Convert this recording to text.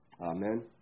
Amen